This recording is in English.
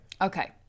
Okay